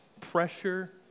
pressure